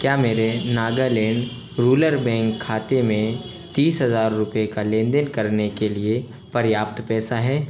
क्या मेरे Nagaland rural bank खाते में तीस हजार रुपये का लेनदेन करने के लिए पर्याप्त पैसा है